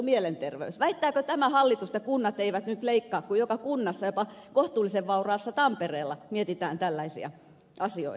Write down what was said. väittääkö tämä hallitus että kunnat eivät nyt leikkaa kun joka kunnassa jopa kohtuullisen vauraalla tampereella mietitään tällaisia asioita